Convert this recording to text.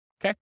Okay